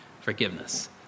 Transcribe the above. forgiveness